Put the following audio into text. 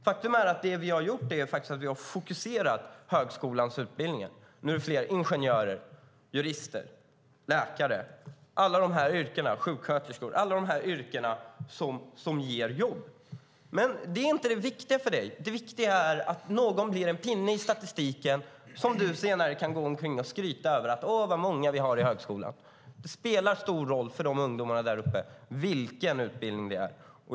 Faktum är att det vi har gjort är att vi har fokuserat högskolans utbildningar. Nu är det fler ingenjörer, jurister, läkare, sjuksköterskor - alla de yrken som ger jobb. Men det är inte det viktiga för Thomas Strand. Det viktiga är att någon blir en pinne i statistiken, som han senare kan gå omkring och skryta över: Oj, vad många vi har i högskolan! Men det spelar stor roll för ungdomarna uppe på läktaren vilken utbildning det är.